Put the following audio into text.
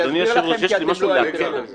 יש לי משהו להגיד בעניין הזה.